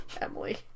Emily